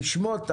לשמוט הלוואות.